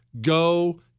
Go